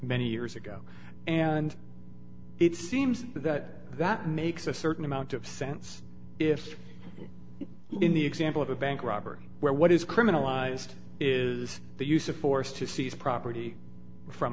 many years ago and it seems that that makes a certain amount of sense if in the example of a bank robbery where what is criminalized is the use of force to seize property from